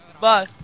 Bye